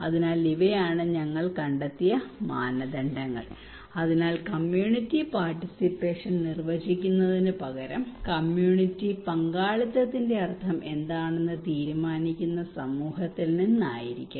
അതിനാൽ ഇവയാണ് ഞങ്ങൾ കണ്ടെത്തിയ മാനദണ്ഡങ്ങൾ അതിനാൽ കമ്മ്യൂണിറ്റി പാർട്ടിസിപ്പേഷൻ നിർവചിക്കുന്നതിനുപകരം കമ്മ്യൂണിറ്റി പങ്കാളിത്തത്തിന്റെ അർത്ഥം എന്താണെന്ന് തീരുമാനിക്കുന്ന സമൂഹത്തിൽ നിന്നായിരിക്കണം